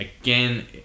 again